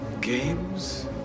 Games